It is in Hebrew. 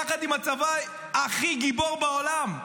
יחד עם הצבא הכי גיבור בעולם.